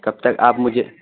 کب تک آپ مجھے